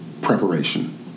preparation